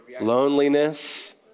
Loneliness